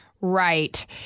Right